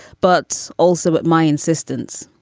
but also at my insistence,